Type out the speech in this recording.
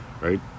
Right